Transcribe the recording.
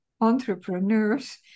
entrepreneurs